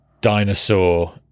dinosaur